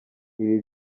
ibi